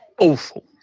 awful